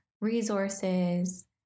resources